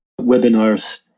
webinars